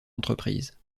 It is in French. entreprises